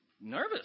nervous